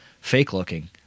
fake-looking